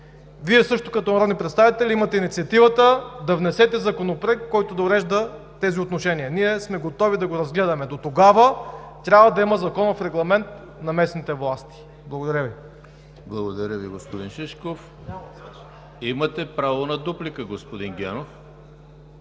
Вие също като народни представители имате инициативата да внесете законопроект, който да урежда тези отношения, и ние сме готови да го разгледаме. Дотогава трябва да има законов регламент на местните власти. Благодаря Ви. ПРЕДСЕДАТЕЛ ЕМИЛ ХРИСТОВ: Благодаря Ви, господин Шишков. Имате право на дуплика, господин Генов.